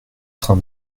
train